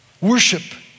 Worship